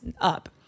up